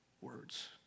words